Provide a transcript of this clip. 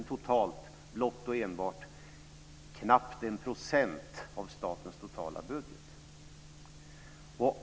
Totalt gäller det knappt 1 % av statens totala budget.